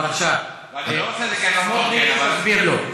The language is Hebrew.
תסביר לו.